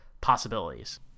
possibilities